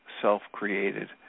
self-created